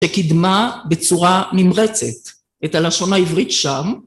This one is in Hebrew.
שקידמה בצורה נמרצת את הלשון העברית שם.